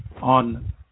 on